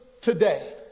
today